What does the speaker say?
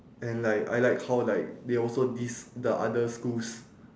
and like I like how like they also diss the other schools